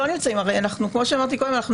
כמו שאמרתי קודם,